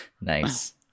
Nice